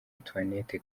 antoinette